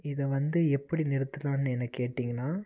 இதை வந்து எப்படி நிறுத்தலான்னு என்னை கேட்டிங்கன்னால்